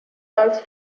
als